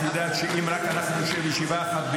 את יודעת שאם רק אנחנו נשב בישיבה אחת,